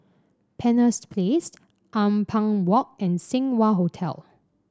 Penshurst Place Ampang Walk and Seng Wah Hotel